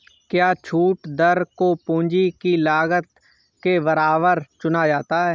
क्या छूट दर को पूंजी की लागत के बराबर चुना जाता है?